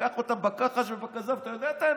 תני